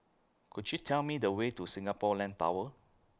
Could YOU Tell Me The Way to Singapore Land Tower